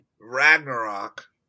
Ragnarok